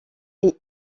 est